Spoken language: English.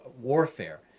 warfare